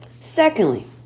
Secondly